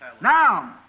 Now